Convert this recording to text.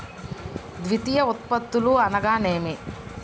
ద్వితీయ ఉత్పత్తులు అనగా నేమి?